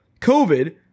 COVID